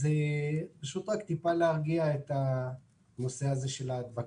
זה רק טיפה להרגיע את הנושא של ההדבקה.